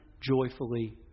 joyfully